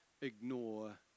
ignore